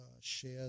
share